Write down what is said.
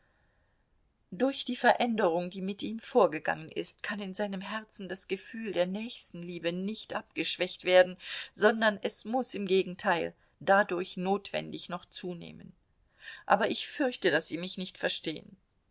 durch die veränderung die mit ihm vorgegangen ist kann in seinem herzen das gefühl der nächstenliebe nicht abgeschwächt werden sondern es muß im gegenteil dadurch notwendig noch zunehmen aber ich fürchte daß sie mich nicht verstehen